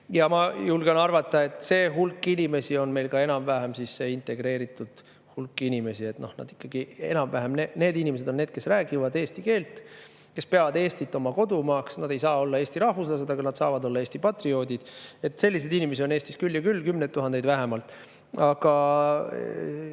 Ja ma julgen arvata, et see hulk inimesi on meil ka enam-vähem see integreeritud hulk. Need inimesed on need, kes räägivad eesti keelt ja peavad Eestit oma kodumaaks. Nad ei saa olla Eesti rahvuslased, aga nad saavad olla Eesti patrioodid. Selliseid inimesi on Eestis küll ja küll, kümneid tuhandeid vähemalt. Aga